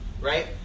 right